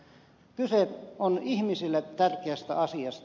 kyse on ihmisille tärkeästä asiasta